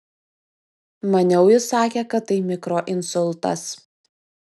maniau jis sakė kad tai mikroinsultas